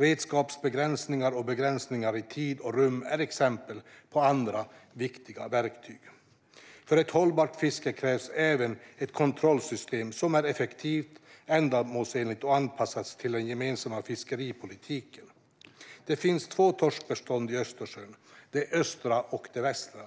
Redskapsbegränsningar och begränsningar i tid och rum är exempel på andra viktiga verktyg. För ett hållbart fiske krävs även ett kontrollsystem som är effektivt, ändamålsenligt och anpassat till den gemensamma fiskeripolitiken. Det finns två torskbestånd i Östersjön: det östra och det västra.